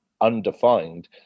undefined